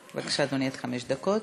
בבקשה, אדוני, עד חמש דקות.